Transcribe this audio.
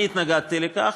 אני התנגדתי לכך,